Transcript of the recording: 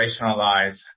operationalize